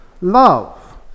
Love